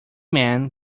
man